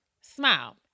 smile